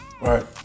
Right